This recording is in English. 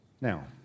Now